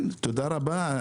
תודה רבה.